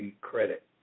credit